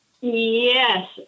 yes